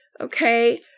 Okay